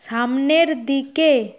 সামনের দিকে